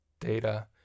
data